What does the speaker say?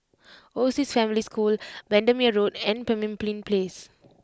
Overseas Family School Bendemeer Road and Pemimpin Place